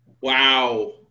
Wow